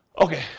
Okay